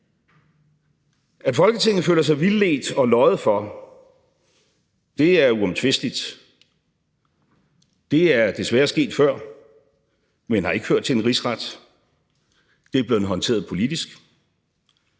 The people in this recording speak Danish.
At Folketinget føler sig vildledt og løjet for, er uomtvisteligt. Det er desværre sket før, men har ikke ført til en rigsret. Det er blevet håndteret politisk.